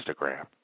Instagram